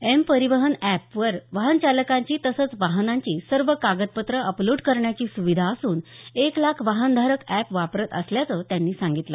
M परिवहन app वर वाहनचालकाची तसंच वाहनाची सर्व कागदपत्रं अपलोड करण्याची सुविधा असून एक लाख वाहनधारक अॅप वापरत असल्याचं त्यांनी सांगितलं